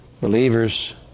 believers